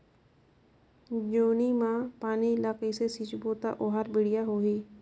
जोणी मा पानी ला कइसे सिंचबो ता ओहार बेडिया होही?